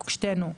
שתינו,